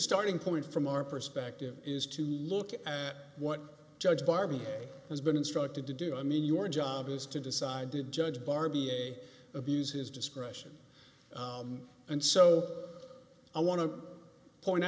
starting point from our perspective is to look at what judge barbier has been instructed to do i mean your job is to decide to judge bar b a abuse his discretion and so i want to point